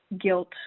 guilt